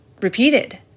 repeated